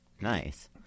Nice